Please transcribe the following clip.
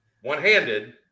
one-handed